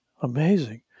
amazing